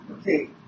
Okay